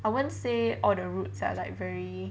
I won't say all the routes are like very